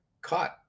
caught